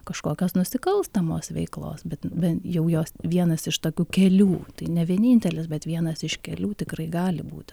kažkokios nusikalstamos veiklos bet bent jau jos vienas iš tokių kelių tai ne vienintelis bet vienas iš kelių tikrai gali būti